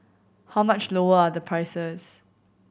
how much lower are the prices